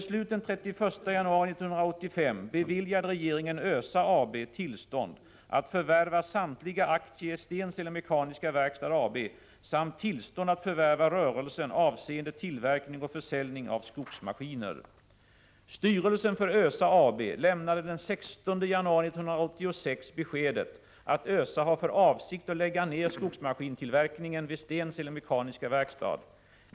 Styrelsen för ÖSA AB lämnade den 16 januari 1986 beskedet att ÖSA har för avsikt att lägga ned skogsmaskinstillverkningen vid Stensele Mekaniska Verkstad.